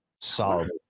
solid